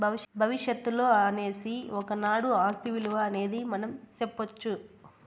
భవిష్యత్తులో అనేసి ఒకనాడు ఆస్తి ఇలువ అనేది మనం సెప్పొచ్చు